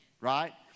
Right